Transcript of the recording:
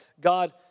God